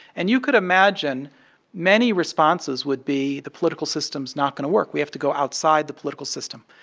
and you could imagine many responses would be, the political system's not going to work we have to go outside the political system.